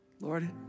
Lord